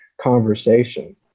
conversation